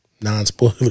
non-spoiler